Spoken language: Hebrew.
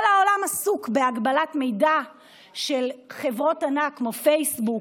כל העולם עסוק בהגבלת מידע של חברות ענק כמו פייסבוק,